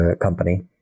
company